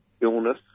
illness